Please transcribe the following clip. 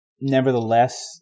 Nevertheless